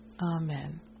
amen